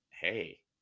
hey